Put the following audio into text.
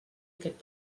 aquest